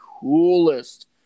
coolest